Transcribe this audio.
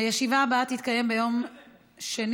הישיבה הבאה תתקיים ביום שני,